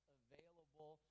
available